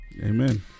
amen